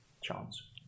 chance